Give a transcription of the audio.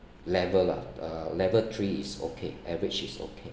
level lah uh level three is okay average is okay